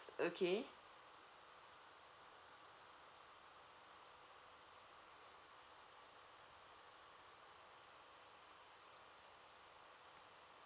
okay